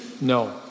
No